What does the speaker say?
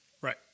right